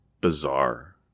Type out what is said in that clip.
bizarre